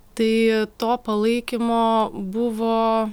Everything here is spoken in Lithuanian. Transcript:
tai to palaikymo buvo